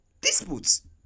disputes